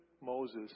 Moses